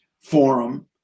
forum